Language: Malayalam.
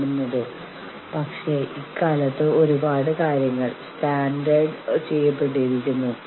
കൂട്ടായ വിലപേശലിനു വേണ്ടിയാണ് യൂണിയനുകൾ രൂപീകരിക്കുന്നത്